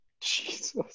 Jesus